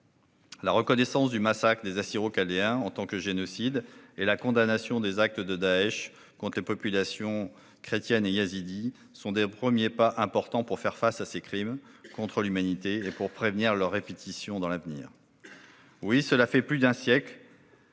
La reconnaissance du massacre des Assyro-Chaldéens en tant que génocide et la condamnation des actes de Daech contre les populations chrétiennes et yézidies sont des premiers pas importants pour faire face à ces crimes contre l'humanité et pour prévenir leur répétition à l'avenir. Oui, cela fait plus d'un siècle,